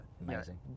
amazing